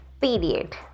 period